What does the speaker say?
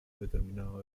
determinado